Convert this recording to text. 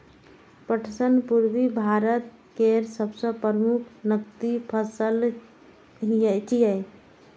पटसन पूर्वी भारत केर सबसं प्रमुख नकदी फसल छियै